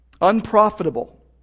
Unprofitable